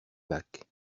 bac